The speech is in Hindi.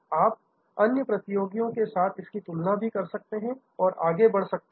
आप अन्य प्रतियोगियों के साथ इनकी तुलना भी कर सकते हैं और आगे बढ़ सकते हैं